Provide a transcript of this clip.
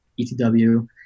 ETW